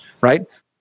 right